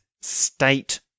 state